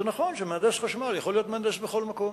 זה נכון שמהנדס חשמל יכול להיות מהנדס בכל מקום,